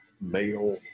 male